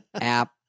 app